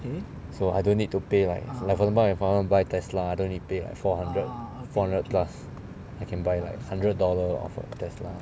so I don't need to pay like like for example if for example I test lah don't need pay like four hundred four hundred plus I can buy like hundred dollar of a test lah